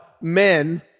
men